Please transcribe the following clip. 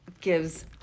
gives